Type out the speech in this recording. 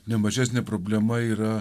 nemažesnė problema yra